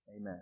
Amen